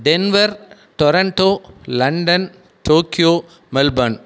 denver Toronto London Tokyo Melbourne